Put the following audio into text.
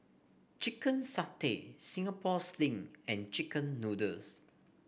Chicken Satay Singapore Sling and chicken noodles